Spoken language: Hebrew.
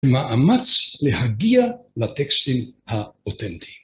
ומאמץ להגיע לטקסטים האותנטיים.